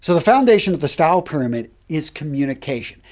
so the foundation of the style pyramid is communication.